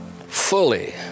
fully